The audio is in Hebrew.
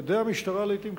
ידיה של המשטרה לעתים קצרות,